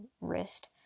wrist